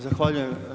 Zahvaljujem.